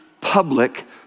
public